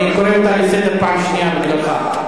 אני קורא אותה לסדר פעם שנייה בגללך.